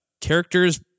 characters